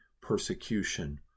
persecution